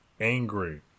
angry